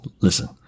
listen